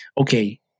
okay